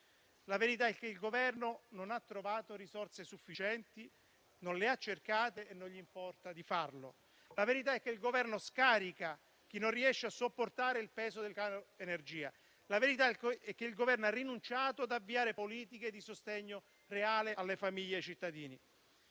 La verità è che il Governo non ha trovato risorse sufficienti, non le ha cercate e non gli importa di farlo. La verità è che il Governo scarica chi non riesce a sopportare il peso del caro energia. La verità è che il Governo ha rinunciato ad avviare politiche di sostegno reale alle famiglie e ai cittadini.